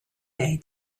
day